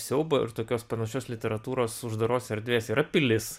siaubo ir tokios panašios literatūros uždaros erdvės yra pilis